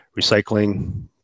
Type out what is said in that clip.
recycling